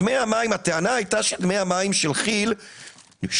הטענה הייתה שדמי המים של כי"ל שולמו